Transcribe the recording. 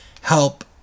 help